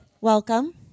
Welcome